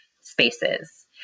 spaces